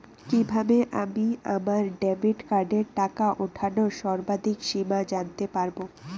কিভাবে আমি আমার ডেবিট কার্ডের টাকা ওঠানোর সর্বাধিক সীমা জানতে পারব?